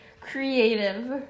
creative